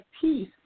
peace